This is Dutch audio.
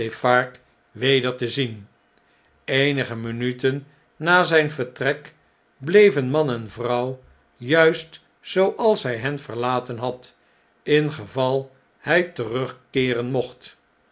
weder te zien eenige minuten na zjjn vertrek bleven man en vrouw juist zooals hij hen verlaten had ingeval hg terugkeeren mocht